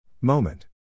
Moment